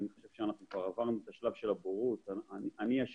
אני חושב שכבר עברנו את שלב הבורות.